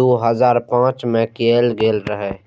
दू हजार पांच मे कैल गेल रहै